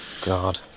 God